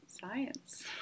science